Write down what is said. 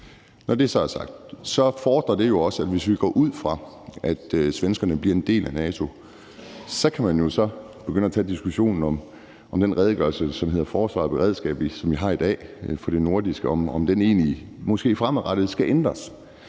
Når det så er sagt, fordrer det jo også, at hvis vi går ud fra, at svenskerne bliver en del af NATO, kan man så begynde at tage diskussionen om, om den redegørelse, som vi har i dag, og som handler om forsvar og beredskab på det nordiske område, måske egentlig fremadrettet skal ændres.